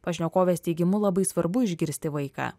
pašnekovės teigimu labai svarbu išgirsti vaiką